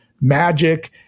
magic